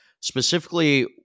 Specifically